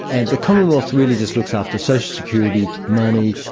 and the commonwealth really just looks after social security, money,